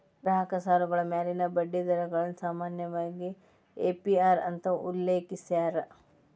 ಗ್ರಾಹಕ ಸಾಲಗಳ ಮ್ಯಾಲಿನ ಬಡ್ಡಿ ದರಗಳನ್ನ ಸಾಮಾನ್ಯವಾಗಿ ಎ.ಪಿ.ಅರ್ ಅಂತ ಉಲ್ಲೇಖಿಸ್ಯಾರ